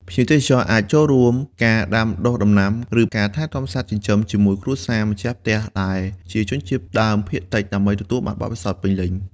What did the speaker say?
ភ្ញៀវទេសចរអាចចូលរួមការដាំដុះដំណាំ ឬការថែទាំសត្វចិញ្ចឹមជាមួយគ្រួសារម្ចាស់ផ្ទះដែលជាជនជាតិដើមភាគតិច ដើម្បីទទួលបានបទពិសោធន៍ពេញលេញ។